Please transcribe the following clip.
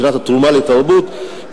מבחינת התרומה לתרבות,